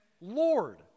Lord